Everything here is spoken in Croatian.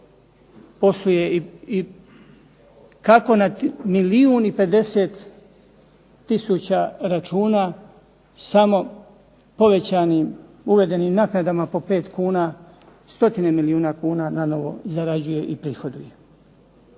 posluje i kako na milijun i 50 tisuća računa samo povećanim uvedenim naknadama po 5 kuna stotine milijune kuna nanovo zarađuje i prihoduje.